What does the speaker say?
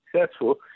successful